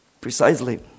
precisely